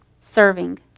serving